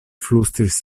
flustris